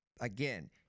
again